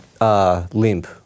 Limp